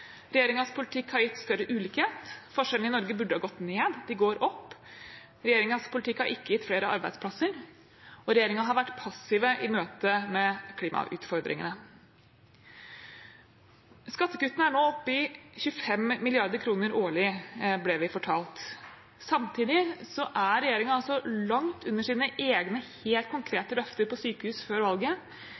politikk har gitt større ulikhet. Forskjellene i Norge burde ha gått ned, de går opp. Regjeringens politikk har ikke gitt flere arbeidsplasser, og regjeringen har vært passiv i møte med klimautfordringene. Skattekuttene er nå oppe i 25 mrd. kr årlig, ble vi fortalt. Samtidig er regjeringen altså langt under sine egne helt konkrete løfter på sykehus før valget.